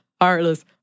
heartless